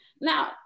Now